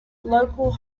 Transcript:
local